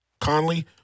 Conley